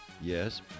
Yes